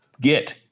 get